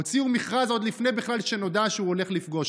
הוציאו מכרז עוד לפני בכלל שנודע שהוא הולך לפרוש.